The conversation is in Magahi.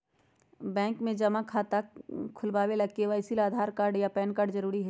बैंक में जमा खाता खुलावे ला के.वाइ.सी ला आधार कार्ड आ पैन कार्ड जरूरी हई